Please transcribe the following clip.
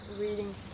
reading